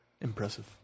impressive